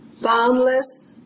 boundless